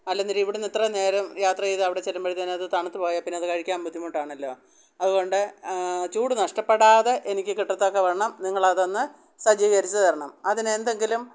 അല്ലെന്നരി ഇവിടുന്നിത്രയും നേരം യാത്ര ചെയ്ത് അവിടെ ചെല്ലുമ്പോഴത്തേനത് തണുത്ത് പോയാല് പിന്നതു കഴിക്കാന് ബുദ്ധിമുട്ടാണല്ലോ അതുകൊണ്ട് ചൂടു നഷ്ടപ്പെടാതെ എനിക്ക് കിട്ടത്തക്കവണ്ണം നിങ്ങളതൊന്ന് സജ്ജീകരിച്ചു തരണം അതിനെന്തെങ്കിലും